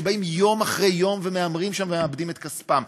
שבאים יום אחרי יום ומהמרים שם ומאבדים שם את כספם.